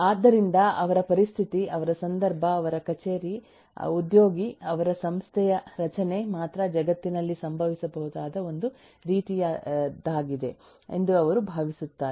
ಆದ್ದರಿಂದ ಅವರ ಪರಿಸ್ಥಿತಿ ಅವರ ಸಂದರ್ಭ ಅವರ ಕಚೇರಿ ಉದ್ಯೋಗಿ ಅವರ ಸಂಸ್ಥೆಯ ರಚನೆ ಮಾತ್ರ ಜಗತ್ತಿನಲ್ಲಿ ಸಂಭವಿಸಬಹುದಾದ ಒಂದು ರೀತಿಯದ್ದಾಗಿದೆ ಎಂದು ಅವರು ಭಾವಿಸುತ್ತಾರೆ